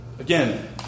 Again